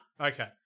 Okay